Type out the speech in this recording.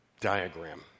Diagram